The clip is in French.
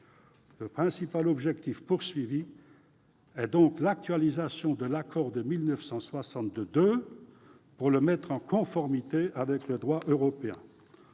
Le principal objectif est d'actualiser l'accord de 1962, pour le mettre en conformité avec le droit européen.